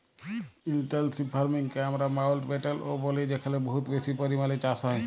intensive farming কে আমরা মাউল্টব্যাটেল ও ব্যলি যেখালে বহুত বেশি পরিমালে চাষ হ্যয়